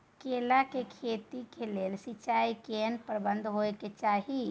केला के खेती के लेल सिंचाई के केहेन प्रबंध होबय के चाही?